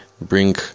Bring